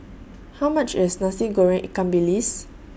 How much IS Nasi Goreng Ikan Bilis